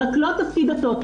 רק לא את תפקיד הטוטו.